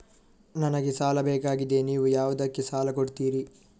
ನನಗೆ ಸಾಲ ಬೇಕಾಗಿದೆ, ನೀವು ಯಾವುದಕ್ಕೆ ಸಾಲ ಕೊಡ್ತೀರಿ?